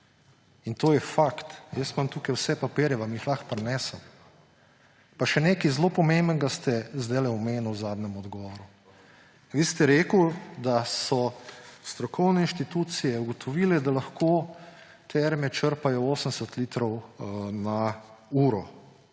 In to je fakt, jaz imam tukaj vse papirje, vam jih lahko prinesem. Pa še nekaj zelo pomembnega ste zdajle omenili v zadnjem odgovoru. Vi ste rekli, da so strokovne inštitucije ugotovile, da lahko Terme Čatež črpajo 80 litrov te